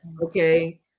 Okay